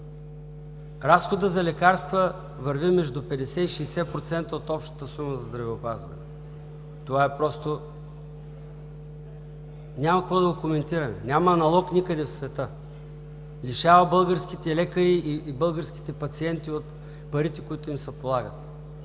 Разходът за лекарства върви между 50% и 60% от общата сума за здравеопазване, няма какво да го коментираме, няма аналог никъде в света – лишава българските лекари и българските пациенти от парите, които им се полагат.